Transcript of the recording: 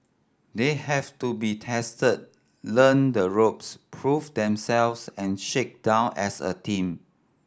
they have to be tested learn the ropes prove themselves and shake down as a team